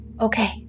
Okay